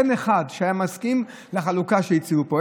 אין אחד שהיה מסכים לחלוקה שהציעו פה.